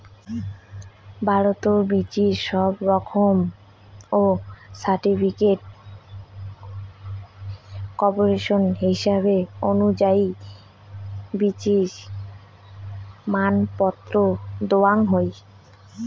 ভারতত বীচি সংরক্ষণ ও সার্টিফিকেশন কর্পোরেশনের হিসাব অনুযায়ী বীচির মানপত্র দ্যাওয়াং হই